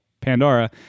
Pandora